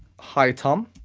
high tom.